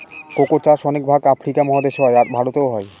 cocoa চাষ অনেক ভাগ আফ্রিকা মহাদেশে হয়, আর ভারতেও হয়